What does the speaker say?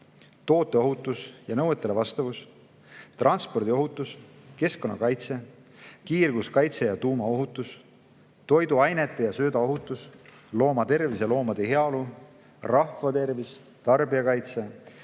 tooteohutus ja nõuetele vastavus; transpordiohutus; keskkonnakaitse; kiirguskaitse ja tuumaohutus; toiduainete ja sööda ohutus, loomatervis ja loomade heaolu; rahvatervis; tarbijakaitse;